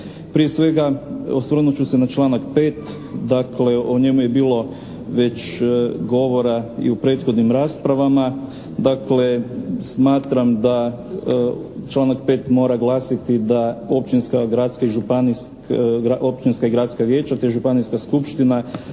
Prije svega osvrnut ću se na članak 5. dakle, o njemu je bilo već govora i u prethodnim raspravama. Smatram da članak 5. mora glasiti da općinska i gradska vijeća te županijska skupština